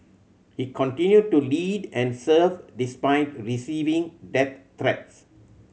he continued to lead and serve despite receiving death threats